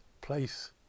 place